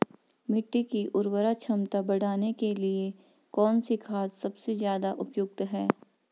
मिट्टी की उर्वरा क्षमता बढ़ाने के लिए कौन सी खाद सबसे ज़्यादा उपयुक्त है?